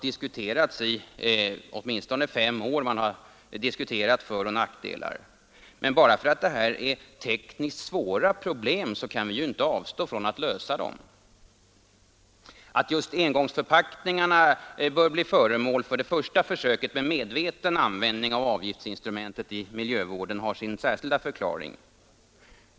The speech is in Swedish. I åtminstone fem år har man diskuterat deras föroch nackdelar. Men bara därför att det här rör sig om tekniskt svåra problem kan man ju inte avstå från att söka lösa dem. Att just engångsförpackningarna borde bli föremål för det första försöket med medveten användning av avgiftsinstrumentet i miljövården har sin särskilda förklaring.